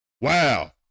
Wow